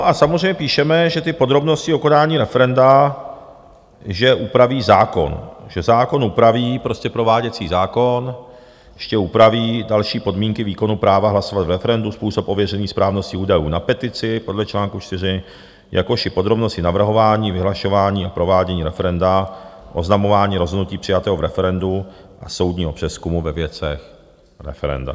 A samozřejmě píšeme, že podrobnosti o konání referenda, že upraví zákon, že zákon upraví prostě prováděcí zákon, ještě upraví další podmínky výkonu práva hlasovat v referendu, způsob ověření správnosti údajů na petici podle čl. 4, jakož i podrobnosti navrhování, vyhlašování a provádění referenda, oznamování rozhodnutí přijatého v referendu a soudního přezkumu ve věcech referenda.